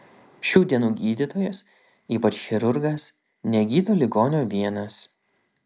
šių dienų gydytojas ypač chirurgas negydo ligonio vienas